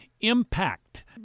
impact